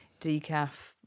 decaf